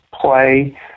play